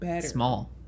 small